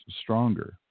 stronger